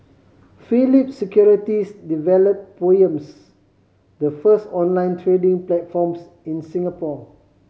Phillip Securities developed Poems the first online trading platforms in Singapore